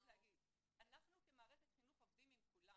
אנחנו כמערכת חינוך עובדים עם כולם.